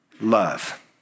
love